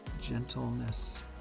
gentleness